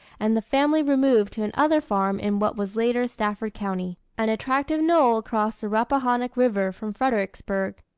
and the family removed to another farm in what was later stafford county an attractive knoll across the rappahannock river from fredericksburg.